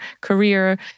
career